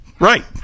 Right